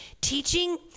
Teaching